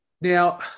Now